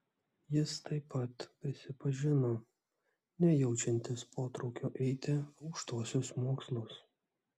jis taip pat prisipažino nejaučiantis potraukio eiti aukštuosius mokslus